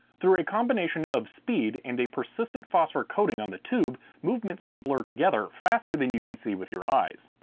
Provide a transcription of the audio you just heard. through a combination of speed and a persistent phosphor coating on the tube, movements can blur together faster than you can see with your eyes.